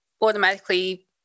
automatically